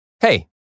Hey